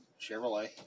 Chevrolet